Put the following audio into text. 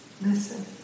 listen